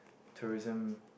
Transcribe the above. tourism